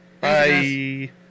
Bye